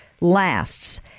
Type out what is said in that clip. lasts